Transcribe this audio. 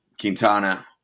Quintana